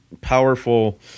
powerful